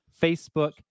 Facebook